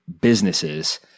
businesses